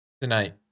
Tonight